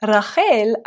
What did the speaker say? Rachel